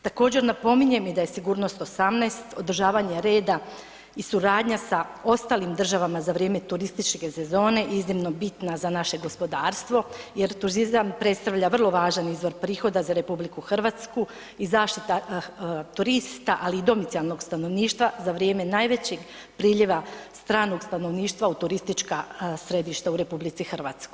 Također napominjem i da je Sigurnost 18, održavanje reda i suradnja sa ostalim državama za vrijeme turističke sezone iznimno bitna za naše gospodarstvo jer turizam predstavlja vrlo važan izvor prihoda za RH i zaštita turista, ali i domicilnog stanovništva za vrijeme najvećeg priljeva stranog stanovništva u turistička središta u RH.